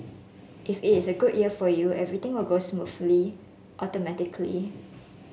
if it is a good year for you everything will go smoothly automatically